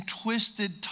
twisted